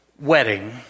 wedding